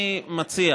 אני מציע